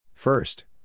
First